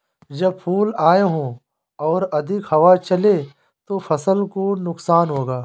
जब फूल आए हों और अधिक हवा चले तो फसल को नुकसान होगा?